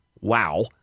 Wow